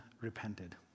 repented